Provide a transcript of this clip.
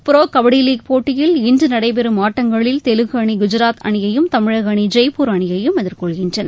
bro kabaddi league போட்டியில் இன்று நடைபெறும் ஆட்டங்களில் தெலுகு அணி குஜராத் அணியையும் தமிழக அணி ஜெய்பூர் அணியையும் எதிர்கொள்கின்றன